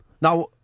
Now